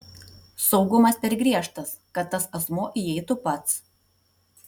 saugumas per griežtas kad tas asmuo įeitų pats